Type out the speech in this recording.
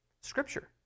Scripture